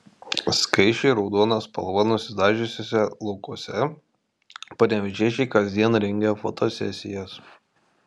skaisčiai raudona spalva nusidažiusiuose laukuose panevėžiečiai kasdien rengia fotosesijas